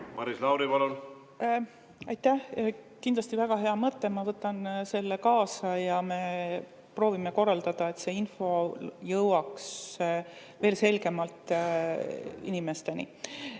Maris Lauri, palun! Aitäh! Kindlasti väga hea mõte, ma võtan selle kaasa ja me proovime korraldada nii, et see info jõuaks veel selgemalt inimesteni. Mis